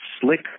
slick